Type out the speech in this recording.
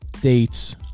dates